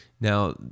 Now